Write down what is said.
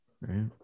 right